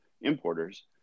importers